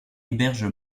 héberge